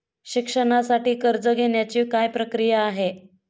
शिक्षणासाठी कर्ज घेण्याची काय प्रक्रिया आहे?